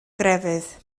grefydd